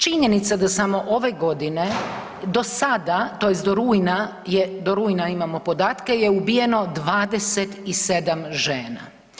Činjenica da samo ove godine do sada, tj. do rujna je, do rujna imamo podatke, je ubijeno 27 žena.